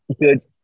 good